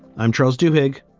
i'm charles duhigg.